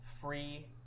free